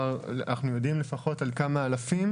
אנחנו יודעים על כמה אלפים